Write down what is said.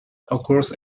occurs